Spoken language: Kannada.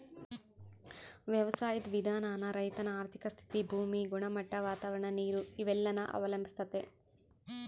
ವ್ಯವಸಾಯುದ್ ವಿಧಾನಾನ ರೈತನ ಆರ್ಥಿಕ ಸ್ಥಿತಿ, ಭೂಮಿ ಗುಣಮಟ್ಟ, ವಾತಾವರಣ, ನೀರು ಇವೆಲ್ಲನ ಅವಲಂಬಿಸ್ತತೆ